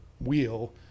wheel